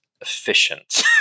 efficient